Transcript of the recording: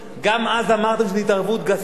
גם אז אמרתם שזו התערבות גסה?